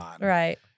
Right